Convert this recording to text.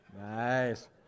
Nice